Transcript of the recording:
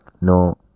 No